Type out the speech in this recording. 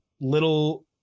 little